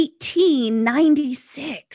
1896